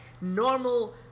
normal